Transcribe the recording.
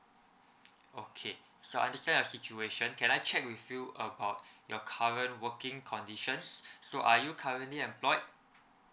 okay so I understand your situation can I check with you about your current working conditions so are you currently employed